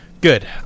good